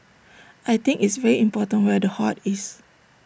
I think it's very important where the heart is